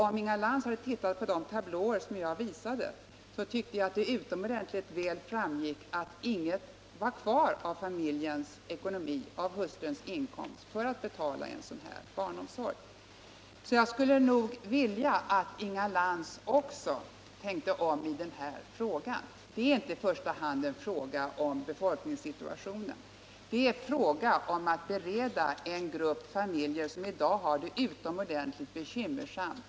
Om Inga Lantz hade tittat på de tablåer jag visade, så skulle hon ha funnit att det av dem utomordentligt väl framgick att ingenting var kvar av hustruns inkomst för att betala en barnomsorg. 195 Jag skulle vilja att också Inga Lantz tänkte om i den här frågan. Det är inte i första hand fråga om befolkningssituationen i det här sammanhanget, utan det är fråga om att bereda någon lättnad för en grupp familjer som i dag har det ytterst bekymmersamt.